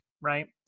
right